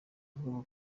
avuga